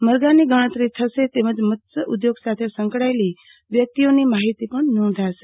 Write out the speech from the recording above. મરઘાંની ગણતરી થશે તેમજ મત્સ્યોઘોગ સાથે સંકળાયેલી વ્યક્તિઓની માહિતી પણ નોંધાશે